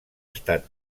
estat